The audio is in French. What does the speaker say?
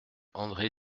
andré